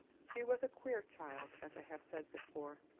she was a queer child, as i have said before,